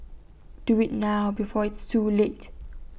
do IT now before it's too late